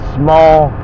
small